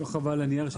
פה אחד לא עברו.